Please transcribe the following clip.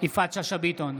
יפעת שאשא ביטון,